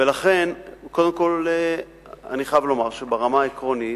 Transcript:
ולכן, קודם כול אני חייב לומר שברמה העקרונית,